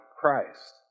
Christ